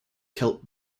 kelp